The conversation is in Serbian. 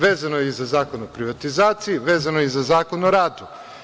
Vezano je i za Zakon o privatizaciji, vezano je i za Zakon o radu.